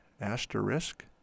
Asterisk